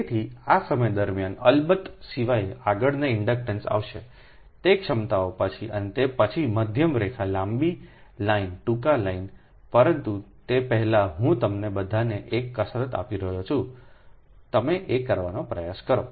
તેથી આ સમય દરમિયાન અલબત્ત સિવાય આગળનો ઇન્ડક્ટન્સ આવશેતે ક્ષમતાઓ પછી અને તે પછી મધ્યમ રેખા લાંબી લાઇન ટૂંકી લાઇન પરંતુ તે પહેલાં હું તમને બધાને એક કસરત આપી રહ્યો છું અને તમે આ કરવાનો પ્રયાસ કરો